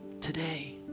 today